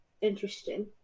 Interesting